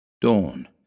Dawn